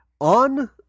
On